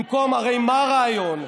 במקום, הרי מה הרעיון?